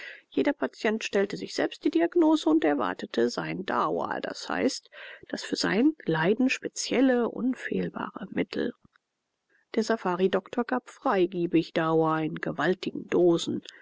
jeder patient stellte sich selbst die diagnose und erwartete seine daua d h das für sein leiden spezielle unfehlbare mittel der safaridoktor gab freigebig daua in gewaltigen dosen